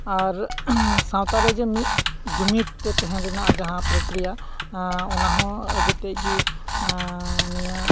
ᱟᱨ ᱥᱟᱶᱛᱟ ᱨᱮᱜᱮ ᱢᱤᱫ ᱡᱩᱢᱩᱫ ᱛᱮ ᱛᱟᱦᱮᱸ ᱨᱮᱱᱟᱜ ᱡᱮ ᱯᱨᱚᱠᱠᱨᱤᱭᱟ ᱚᱱᱟ ᱦᱚᱸ ᱟᱹᱰᱤ ᱛᱮᱫ ᱜᱮ ᱱᱤᱭᱟᱹ